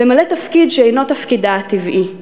למלא תפקיד שאינו תפקידה הטבעי.